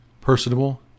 personable